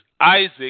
Isaac